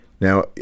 Now